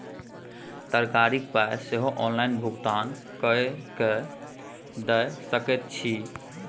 तरकारीक पाय सेहो ऑनलाइन भुगतान कए कय दए सकैत छी